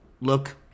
look